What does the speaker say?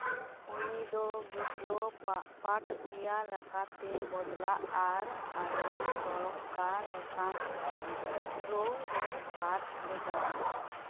ᱩᱱᱤ ᱫᱚ ᱜᱤᱫᱽᱨᱟᱹ ᱯᱟᱴᱷᱠᱤᱭᱟᱹ ᱞᱮᱠᱟᱛᱮ ᱵᱚᱫᱞᱟ ᱟᱨ ᱟᱫᱢᱤ ᱥᱚᱲᱚᱠᱟ ᱞᱮᱠᱟᱱ ᱪᱤᱛᱟᱹᱨ ᱨᱮᱭ ᱯᱟᱴᱷ ᱞᱮᱫᱟ